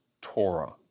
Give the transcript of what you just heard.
Torah